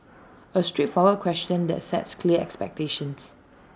A straightforward question that sets clear expectations